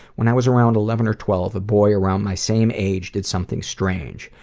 when i was around eleven or twelve, a boy around my same age did something strange.